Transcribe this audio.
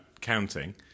counting